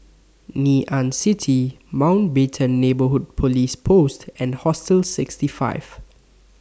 Ngee Ann City Mountbatten Neighbourhood Police Post and Hostel sixty five